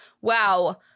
wow